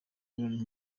imibonano